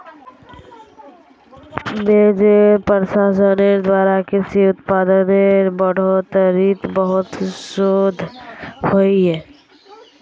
बिजेर प्रसंस्करनेर द्वारा कृषि उत्पादेर बढ़ोतरीत बहुत शोध होइए